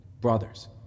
Brothers